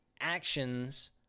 actions